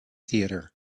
theatre